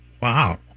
Wow